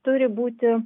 turi būti